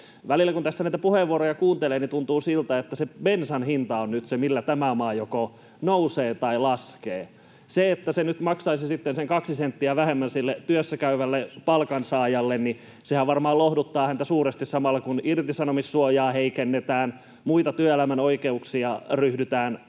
Välillä kun tässä näitä puheenvuoroja kuuntelee, niin tuntuu siltä, että se bensan hinta on nyt se, millä tämä maa joko nousee tai laskee. Sehän, että se nyt sitten maksaisi sen kaksi senttiä vähemmän sille työssäkäyvälle palkansaajalle, varmaan lohduttaa häntä suuresti samalla, kun irtisanomissuojaa heikennetään, muita työelämän oikeuksia ryhdytään polkumaan.